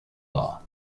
law